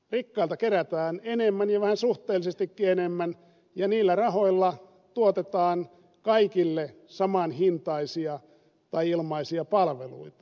rikkailta kerätään enemmän ja vähän suhteellisestikin enemmän ja niillä rahoilla tuotetaan kaikille samanhintaisia tai ilmaisia palveluita